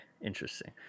interesting